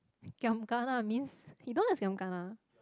giam kena means you don't know what's giam kena